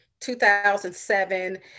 2007